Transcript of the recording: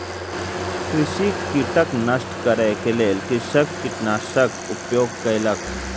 कृषि कीटक नष्ट करै के लेल कृषक कीटनाशकक उपयोग कयलक